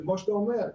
וכמו שאתה אומר,